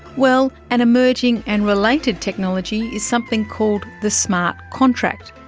well, an emerging and related technology is something called the smart contract.